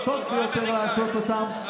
עבאס מפיל אותו, לא האמריקאים.